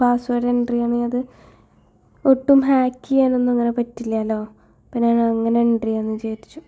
password enter ചെയ്യാനാത് ഒട്ടും hack ചെയ്യാൻ ഒന്നു അങ്ങനെ പറ്റില്ലല്ലോ പിന്നെ അങ്ങനെ എൻ്റർ ചെയാമെന്നു വിചാരിച്ച്